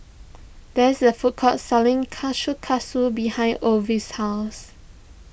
there's a food court selling Kushikatsu behind Ovid's house